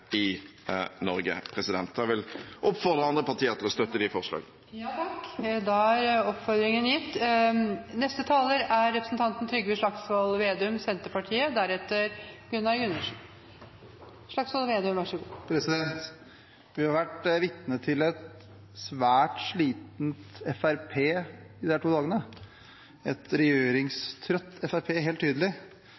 i Norge. Jeg vil oppfordre andre partier til å støtte de forslagene. Da er oppfordringen gitt. Vi har vært vitne til et svært slitent Fremskrittsparti disse to dagene, et regjeringstrøtt Fremskrittsparti, helt tydelig.